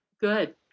good